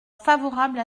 favorable